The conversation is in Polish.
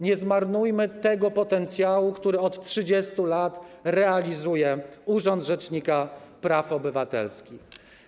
Nie zmarnujmy tego potencjału, który od 30 lat realizuje urząd rzecznika praw obywatelskich.